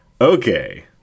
Okay